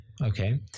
Okay